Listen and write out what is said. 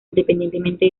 independientemente